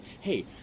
hey